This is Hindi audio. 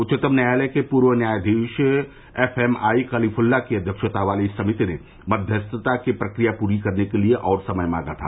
उच्चतम न्यायालय के पूर्व न्यायाधीश एफ एम आई कलीफूल्ला की अध्यक्षता वाली इस समिति ने मव्यस्थता की प्रक्रिया पूरी करने के लिए और समय मांगा था